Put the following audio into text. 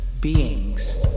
beings